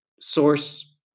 source